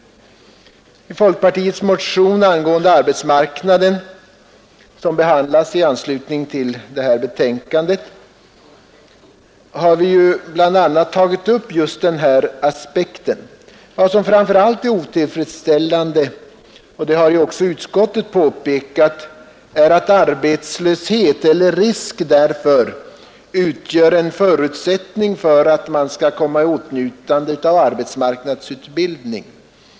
I folkpartiets motion angående arbetsmarknaden, som behandlas i det här betänkandet, har vi bl.a. tagit upp just den aspekten. Vad som framför allt är otillfredsställande — det har också utskottet påpekat — är att arbetslöshet eller risk därför utgör en förutsättning för att man skall komma i åtnjutande av arbetsmarknadsutbildning.